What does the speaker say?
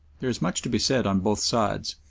there is much to be said on both sides,